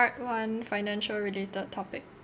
part one financial related topic